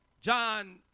John